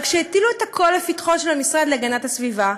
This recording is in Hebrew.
אבל כשהטילו הכול לפתחו של המשרד להגנת הסביבה,